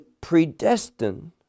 predestined